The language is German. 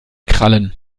krallen